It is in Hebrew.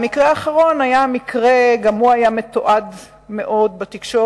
גם המקרה האחרון היה מתועד מאוד בתקשורת,